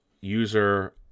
user